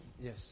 Yes